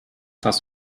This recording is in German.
das